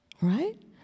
right